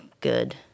Good